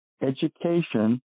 education